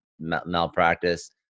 malpractice